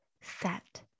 set